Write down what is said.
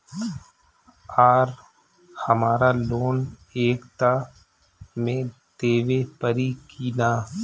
आर हमारा लोन एक दा मे देवे परी किना?